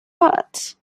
ought